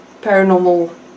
paranormal